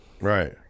Right